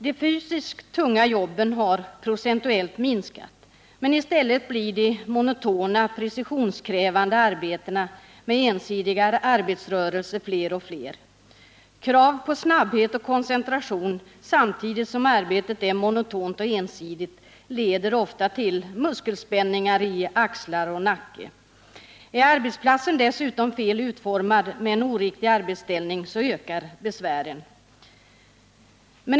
De fysiskt tunga jobben har procentuellt minskat, men i stället blir de monotona, precisionskrävande arbetena med ensidiga arbetsrörelser fler och fler. Krav på snabbhet och koncentration samtidigt som arbetet är monotont och ensidigt leder ofta till muskelspänningar i axlar och nacke. Är arbetsplatsen dessutom fel utformad så att man intar en felaktig arbetsställning, så ökar besvären.